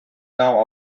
now